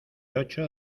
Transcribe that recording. ocho